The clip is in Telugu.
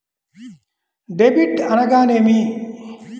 డెబిట్ అనగానేమి?